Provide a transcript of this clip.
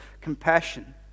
compassion